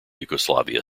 yugoslavia